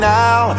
now